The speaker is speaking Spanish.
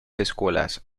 escuelas